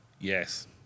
Yes